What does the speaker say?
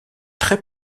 très